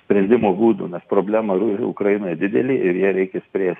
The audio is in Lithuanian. sprendimo būdų nes problema ukrainoje didelė ir ją reikia spręs